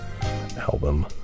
album